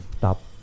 top